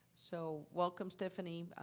so welcome, stephanie.